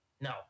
No